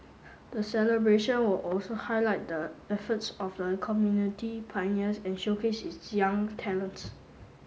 the celebration will also highlight the efforts of the community's pioneers and showcase its young talents